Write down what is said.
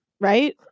right